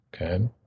Okay